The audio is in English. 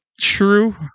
true